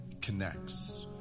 connects